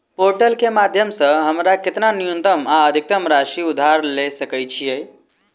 Portal केँ माध्यम सऽ हमरा केतना न्यूनतम आ अधिकतम ऋण राशि उधार ले सकै छीयै?